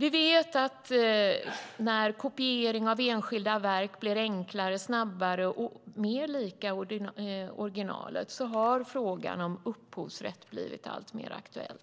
Vi vet att när kopiering av enskilda verk blir enklare och snabbare och kopiorna blir mer lika originalet blir frågan om upphovsrätt alltmer aktuell.